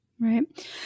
Right